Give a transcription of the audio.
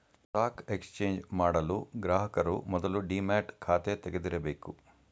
stock exchange ಮಾಡಲು ಗ್ರಾಹಕರು ಮೊದಲು ಡಿಮ್ಯಾಟ್ ಖಾತೆ ತೆಗಿದಿರಬೇಕು